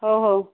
ହଉ ହଉ